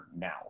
now